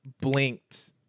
blinked